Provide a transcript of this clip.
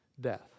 death